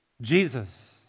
Jesus